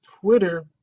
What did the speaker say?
Twitter